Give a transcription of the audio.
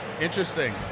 interesting